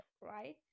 Right